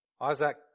Isaac